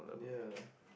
yeah